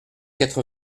quatre